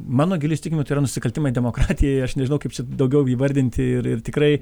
mano giliu įsitikinimu tai yra nusikaltimai demokratijai aš nežinau kaip daugiau įvardinti ir ir tikrai